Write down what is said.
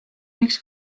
miks